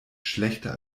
schlechter